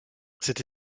cette